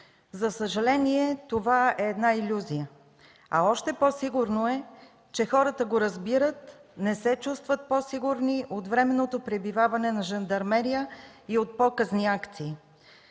За съжаление, това е илюзия, а още по-сигурно е, че хората го разбират и не се чувстват по-сигурни от временното пребиваване на жандармерия и от показните акции.